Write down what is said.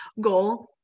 goal